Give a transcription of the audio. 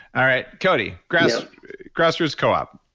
all right cody, grass grass roots co-op.